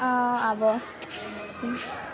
अब